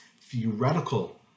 theoretical